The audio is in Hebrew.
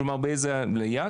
לומר באיזה עלייה,